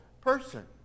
person